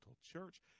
Church